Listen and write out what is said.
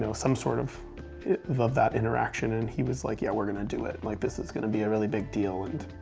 you know some sort of loved that interaction, and he was like, yeah, we're going to do it. like this is going to be a really big deal. and